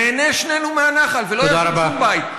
ניהנה שנינו מהנחל ולא יהיה שם שום בית,